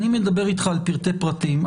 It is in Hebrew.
אני מדבר איתך על פרטי פרטים,